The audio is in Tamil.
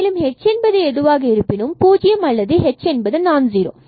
மேலும் h என்பது எதுவாக இருப்பினும் பூஜ்ஜியம் அல்லது h நான் ஜீரோ